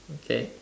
okay